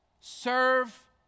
Serve